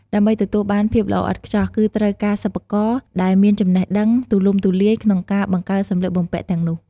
ដើម្បីទទួលបានភាពល្អឥតខ្ចោះ គឺត្រូវការសិប្បករ ដែលមានចំណេះដឹងទូលំទូលាយក្នុងការបង្កើតសម្លៀកបំពាក់ទាំងនោះ ។